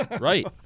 Right